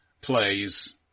plays